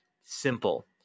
simple